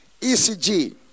ECG